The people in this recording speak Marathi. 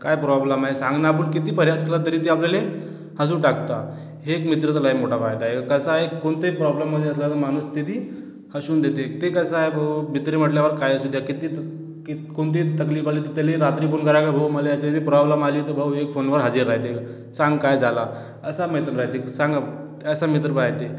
काय प्रॉब्लेम आहे सांग ना आपण किती प्रयास केला तरी ते आपल्याला हसवून टाकता हे एक मित्राचा लय मोठा फायदा आहे कसं आहे कोणतेही प्रॉब्लेममध्ये असला तर माणूस तर ते हसवून देते ते कसं आहे भाऊ मित्र म्हटल्यावर काय असू द्या किती कि कोणतीही तकलीफ आली तर त्याला रात्री फोन करा की भाऊ मला असे असे प्रॉब्लेम आली तर भाऊ एक फोनवर हाजीर राहते सांग काय झाला असा मित्र राहते सांगा असं मित्र पाहिजे